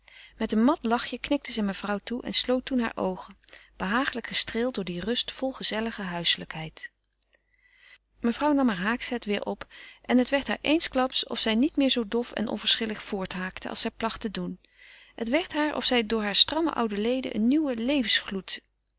met een mat lachje knikte zij mevrouw toe en sloot toen hare oogen behagelijk gestreeld door die rust vol gezellige huiselijkheid mevrouw nam heur haakster weêr op en het werd haar eensklaps of zij niet meer zoo doof en onverschillig voorthaakte als zij placht te doen het werd haar of zij door hare stramme oude leden een nieuwen